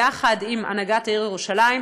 יחד עם הנהגת העיר ירושלים,